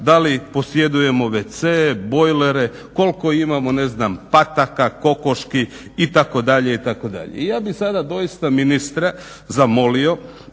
da li posjedujemo wc, bojlere, koliko imamo ne znam pataka, kokoši itd.,